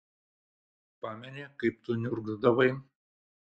pameni kaip tu niurgzdavai